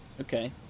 Okay